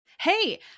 Hey